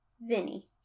Vinny